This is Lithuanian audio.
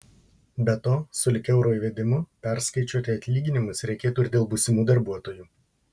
be to sulig euro įvedimu perskaičiuoti atlyginimus reikėtų ir dėl būsimų darbuotojų